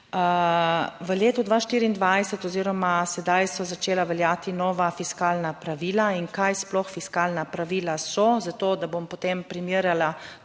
V letu 2024 oziroma sedaj so začela veljati nova fiskalna pravila. In kaj sploh fiskalna pravila so, zato da bom potem primerjala